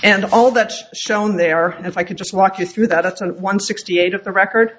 and all that shown they are if i could just walk you through that it's a one sixty eight of the record